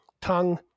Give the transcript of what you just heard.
tongue